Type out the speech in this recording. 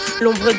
l'ombre